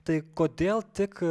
tai kodėl tik